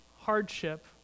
hardship